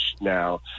now